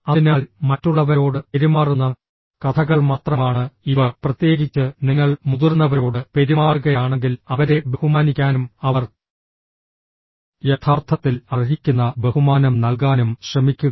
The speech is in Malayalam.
അതിനാൽ മറ്റുള്ളവരോട് പെരുമാറുന്ന കഥകൾ മാത്രമാണ് ഇവ പ്രത്യേകിച്ച് നിങ്ങൾ മുതിർന്നവരോട് പെരുമാറുകയാണെങ്കിൽ അവരെ ബഹുമാനിക്കാനും അവർ യഥാർത്ഥത്തിൽ അർഹിക്കുന്ന ബഹുമാനം നൽകാനും ശ്രമിക്കുക